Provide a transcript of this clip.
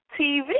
TV